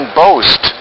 boast